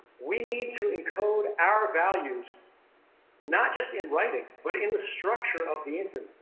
we need to encode our values not just in writing but in the structure of the internet,